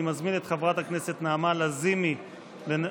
אני מזמין את חברת הכנסת נעמה לזימי לנמק.